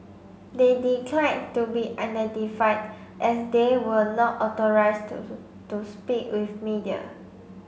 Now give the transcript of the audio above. they declined to be identified as they were not authorised to speak with media